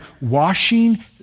washing